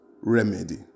remedy